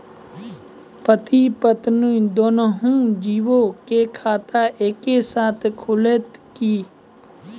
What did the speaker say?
पति पत्नी दुनहु जीबो के खाता एक्के साथै खुलते की?